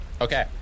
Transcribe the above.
Okay